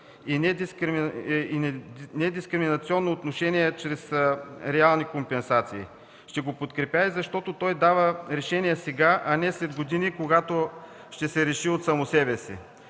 и недискриминационно отношение чрез реални компенсации. Ще го подкрепя и защото той дава решение сега, а не след години, когато ще се реши от само себе си.